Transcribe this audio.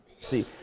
See